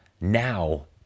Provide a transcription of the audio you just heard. now